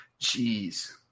Jeez